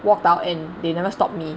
walked out and they never stopped me